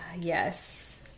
yes